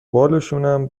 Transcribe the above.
بالشونم